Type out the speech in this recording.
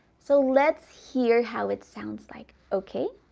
so let's hear how it sounds like okay